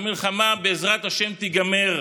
המלחמה, בעזרת השם, תיגמר.